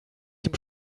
dem